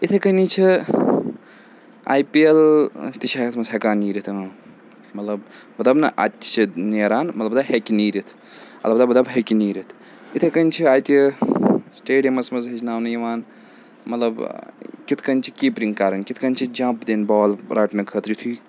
یِتھَے کَنی چھِ آی پی اٮ۪ل تہِ اَتھ منٛز ہٮ۪کان نیٖرِتھ اۭں مطلب بہٕ دَپہٕ نہٕ اَتہِ چھِ نیران البتہ ہیٚکہِ نیٖرِتھ البتہ بہٕ دَپہٕ ہیٚکہِ نیٖرِتھ یِتھَے کَنۍ چھِ اَتہِ سِٹیڈیَمَس منٛز ہیٚچھناونہٕ یِوان مطلب کِتھ کَنۍ چھِ کیٖپرِنٛگ کَرٕنۍ کِتھ کَنۍ چھِ جمپ دِنۍ بال رَٹنہٕ خٲطرٕ یُتھُے